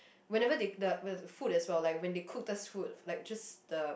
whenever they the the food as well like when they cooked us food like just the